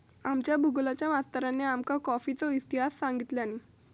आमच्या भुगोलच्या मास्तरानी आमका कॉफीचो इतिहास सांगितल्यानी